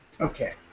Okay